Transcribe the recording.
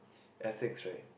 ethics right